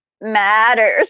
matters